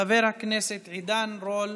חבר הכנסת עידן רול,